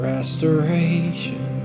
Restoration